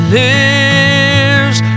lives